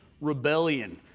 rebellion